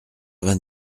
vingt